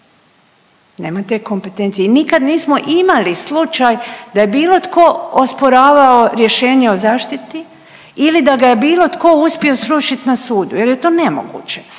nema te kompetencije i nikad nismo imali slučaj da je bilo tko osporavao rješenje o zaštiti ili da ga je bilo tko uspio srušit na sudu jel je to nemoguće.